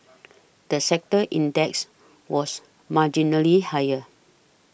the sector index was marginally higher